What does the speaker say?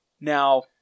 Now